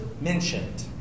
mentioned